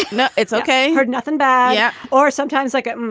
no, it's ok. heard nothing bad yeah or sometimes like it